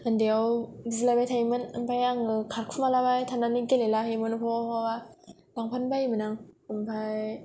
ओन्दैयाव बुलायबाय थायोमोन ओमफ्राय आङो खारखुमाबाय थानानै गेलेला हैयोमोन बहाबा बहाबा लांफानो बायोमोन आं ओमफ्राय